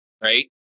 right